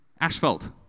asphalt